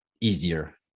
easier